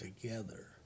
Together